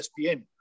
ESPN